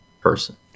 person